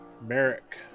Merrick